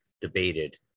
debated